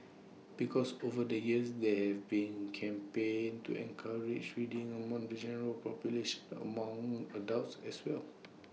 because over the years there have been campaigns to encourage reading among the general population among adults as well